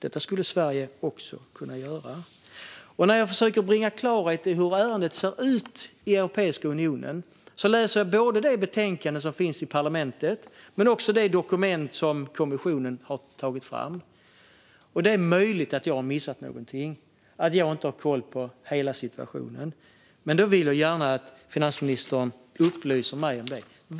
Det skulle Sverige också kunna göra. När jag försöker bringa klarhet i hur ärendet ser ut i Europeiska unionen läser jag både parlamentets betänkande och det dokument som kommissionen har tagit fram. Det är möjligt att jag har missat någonting, att jag inte har koll på hela situationen. Men då vill jag gärna att finansministern upplyser mig om det.